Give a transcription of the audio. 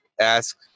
ask